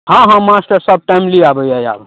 हाँ हाँ मास्टरसभ टाइमली आबैए आब